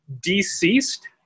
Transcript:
Deceased